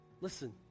Listen